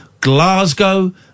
Glasgow